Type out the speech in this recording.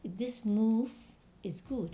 if this move is good